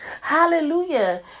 Hallelujah